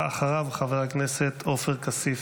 אחריו, חבר הכנסת עופר כסיף.